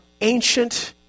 ancient